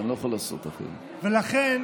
לכן,